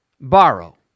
borrow